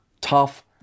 tough